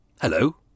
Hello